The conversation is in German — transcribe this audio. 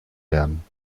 lernen